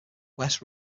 west